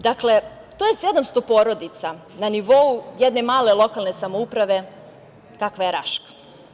Dakle, to je 700 porodica na nivou jedne male lokalne samouprave kakva je Raška.